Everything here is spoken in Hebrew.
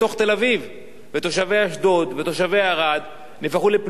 ותושבי אשדוד ותושבי ערד הפכו לפליטים בבתים שלהם.